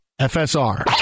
FSR